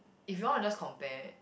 if you all wanna just compare